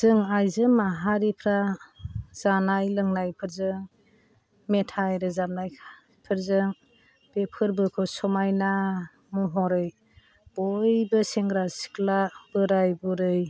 जों आयजो माहारिफ्रा जानाय लोंनायफोरजों मेथाय रोजाबनाय फोरजों बे फोरबोखौ समायना महरै बयबो सेंग्रा सिख्ला बोराय बुरै